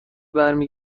برمی